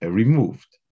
removed